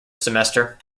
semester